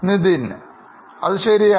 Nithin അത് ശരിയാണ്